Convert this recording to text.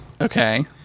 Okay